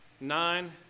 Nine